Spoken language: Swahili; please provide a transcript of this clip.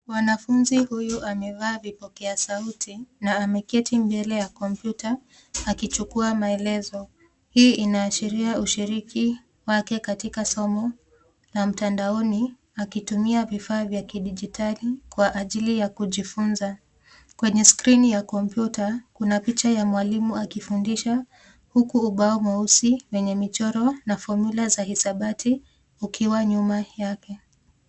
Mwanafunzi huyu amevaa vipokea sauti na ameketi mbele ya kompyuta akichukua maelezo. Hii inaashiria ushiriki wake katika somo na mtandaoni akitumia vifaa vya kidigitali kwa ajili ya kujifunza. Kwenye skrini ya kompyuta kuna picha ya mwalimu akifundisha huku ubao mweusi wenye michoro na fomyula za hisabati ukiwa nyuma yake.